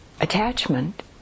Attachment